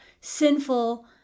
sinful